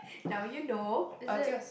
now you know is it